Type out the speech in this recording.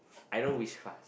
I know which class